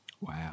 Wow